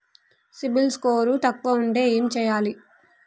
CIBIL score తక్కువ ఉంటే ఏం చేయాలి?